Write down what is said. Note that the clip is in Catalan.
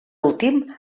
últim